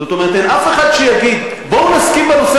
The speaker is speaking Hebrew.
זאת אומרת אין אף אחד שיגיד: בואו נסכים בנושא